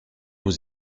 aux